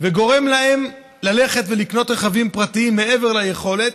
וגורמת להם ללכת לקנות רכבים פרטיים מעבר ליכולת.